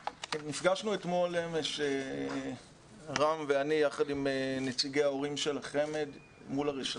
נפגשנו אתמול רם ואני יחד עם נציגי ההורים של החמ"ד מול הרשתות.